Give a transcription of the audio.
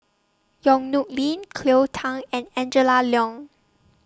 Yong Nyuk Lin Cleo Thang and Angela Liong